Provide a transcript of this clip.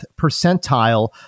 percentile